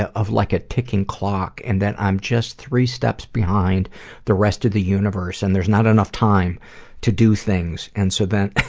ah of like a ticking clock, and that i'm just three steps behind the rest of the universe. and there's not enough time to do things, and so, then,